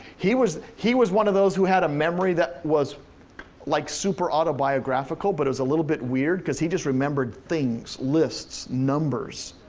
he was he was one of those who had a memory that was like super autobiographical, but it was a little bit weird, cause he just remembered things, lists, numbers.